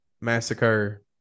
massacre